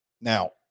Now